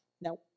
Now